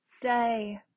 day